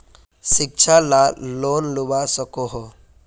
शिक्षा ला लोन लुबा सकोहो?